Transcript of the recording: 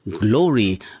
glory